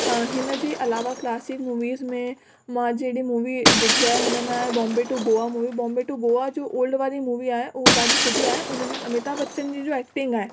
ऐं हिन जे अलावा क्लासिक मूवीस में मां जहिड़ी मूवी ॾिठी आहे हुन में आहे बॉम्बे टू गोआ बॉम्बे टू गोआ जो ओल्ड वारी मूवी आहे उहो ॾाढी सुठी आहे उन में अमिताभ बच्चन जी जो एक्टिंग आहे